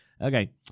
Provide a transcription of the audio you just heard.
Okay